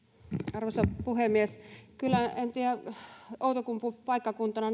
arvoisa puhemies outokumpu paikkakuntana